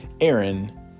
Aaron